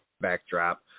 backdrop